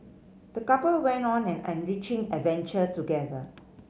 the couple went on an enriching adventure together